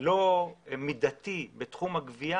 לא מידתי בתחום הגבייה